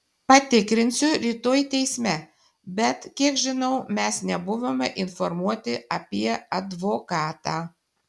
patikrinsiu rytoj teisme bet kiek žinau mes nebuvome informuoti apie advokatą